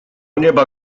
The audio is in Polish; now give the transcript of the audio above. nieba